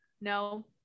no